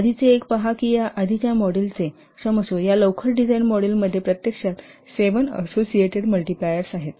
आधीचे एक पहा की या आधीच्या मॉडेलचे क्षमस्व या अर्ली डिझाइन मॉडेलमध्ये प्रत्यक्षात 7 असोसिएटेड मल्टिप्लायर्स आहेत